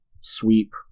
sweep